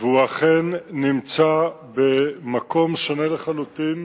והוא אכן נמצא במקום שונה לחלוטין